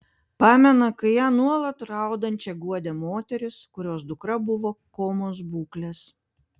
pamena kai ją nuolat raudančią guodė moteris kurios dukra buvo komos būklės